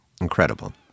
Incredible